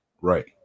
Right